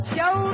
Show